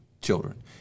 children